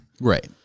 Right